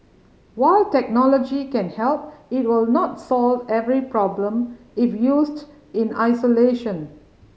while technology can help it will not solve every problem if used in isolation